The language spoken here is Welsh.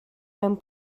mewn